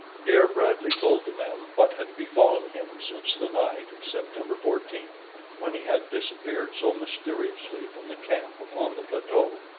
here bradley told the men what had befallen him since the night of september fourteenth when he had disappeared so mysteriously from the camp upon the plateau.